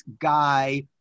guy